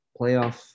playoff